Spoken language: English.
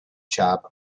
chop